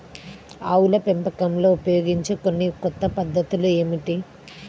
ఆవుల పెంపకంలో ఉపయోగించే కొన్ని కొత్త పద్ధతులు ఏమిటీ?